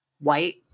white